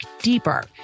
deeper